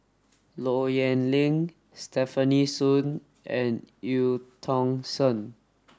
Low Yen Ling Stefanie Sun and Eu Tong Sen